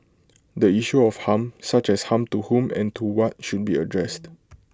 the issue of harm such as harm to whom and to what should be addressed